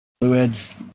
Fluids